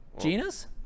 Gina's